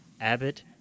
Abbott